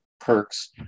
perks